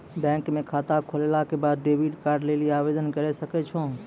bank म खाता खोलला के बाद डेबिट कार्ड लेली आवेदन करै सकै छौ